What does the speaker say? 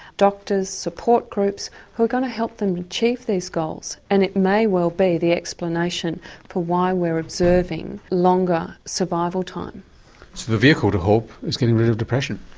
doctors, support groups, who are going to help them achieve these goals, and it may well be the explanation for why we're observing longer survival time. so the vehicle to hope is getting rid of depression.